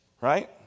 Right